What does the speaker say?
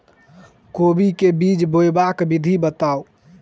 कोबी केँ बीज बनेबाक विधि बताऊ?